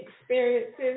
experiences